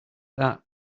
that